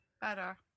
better